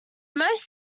most